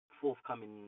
forthcoming